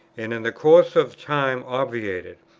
and in the course of time obviated,